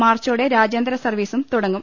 മാർച്ചോടെ രാജ്യാന്തര സർവീസും തുടങ്ങും